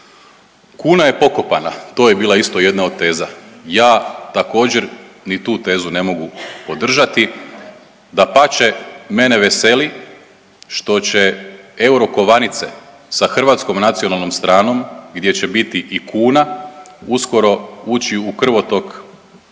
Kuna je pokopana, to je bila isto jedna od teza. Ja također ni tu tezu ne mogu podržati, dapače mene veseli što će euro kovanice sa hrvatskom nacionalnom stranom gdje će biti i kuna, uskoro ući u krvotok